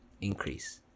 increase